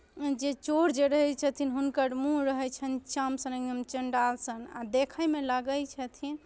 जे चोर जे रहै छथिन हुनकर मूँह रहै छनि चान सन एकदम चण्डाल सन आ देखयमे लागै छथिन